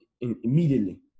immediately